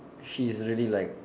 she is really like